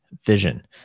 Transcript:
vision